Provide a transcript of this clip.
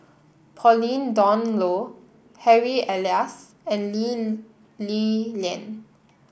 Pauline Dawn Loh Harry Elias and Lee Li Lian